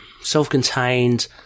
self-contained